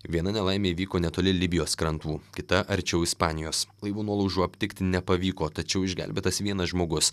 viena nelaimė įvyko netoli libijos krantų kita arčiau ispanijos laivų nuolaužų aptikti nepavyko tačiau išgelbėtas vienas žmogus